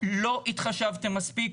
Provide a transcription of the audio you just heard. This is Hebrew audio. לא התחשבתם מספיק